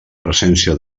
presència